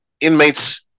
inmates